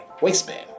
waistband